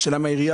השאלה היא,